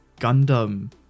Gundam